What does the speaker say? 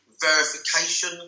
verification